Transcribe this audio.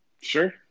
Sure